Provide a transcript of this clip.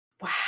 Wow